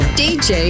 dj